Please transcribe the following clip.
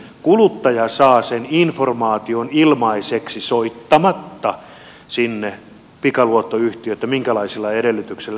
kuluttaja saa sen informaation ilmaiseksi soittamatta sinne pikaluottoyhtiöön minkälaisilla edellytyksillä se toimii